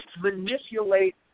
manipulate